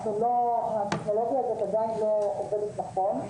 הטכנולוגיה הזאת עדיין לא עובדת נכון,